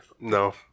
No